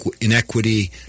inequity